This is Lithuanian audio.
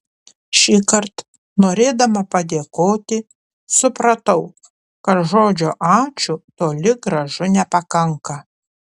šįkart norėdama padėkoti supratau kad žodžio ačiū toli gražu nepakanka